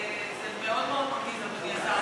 וזה מאוד מאוד מרגיז, אדוני השר.